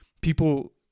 People